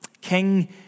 King